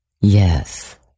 Yes